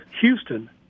Houston